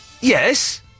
Yes